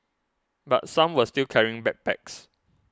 but some were still carrying backpacks